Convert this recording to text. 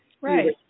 Right